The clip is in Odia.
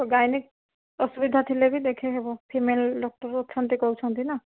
ଗାଇନିକ୍ ଅସୁବିଧା ଥିଲେ ବି ଦେଖେଇ ହେବ ଫିମେଲ୍ ଡ଼କ୍ଟର ଅଛନ୍ତି କହୁଛନ୍ତି ନା